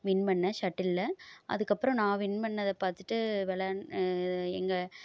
win பண்ணிணேன் ஷட்டிலில் அதுக்கப்புறம் நான் வின் பண்ணதை பார்த்துட்டு வெளான் எங்கள்